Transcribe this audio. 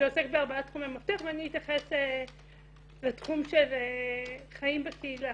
שעוסק בארבע תחומי מפתח ואני אתייחס לתחום של חיים בקהילה.